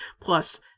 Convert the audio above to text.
plus